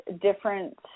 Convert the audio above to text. different